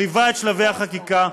שליווה את שלבי החקיקה,